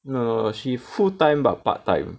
no no no she full time but part time